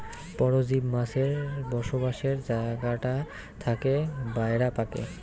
পরজীব মাছের বসবাসের জাগাটা থাকে বায়রা পাকে